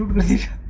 receiving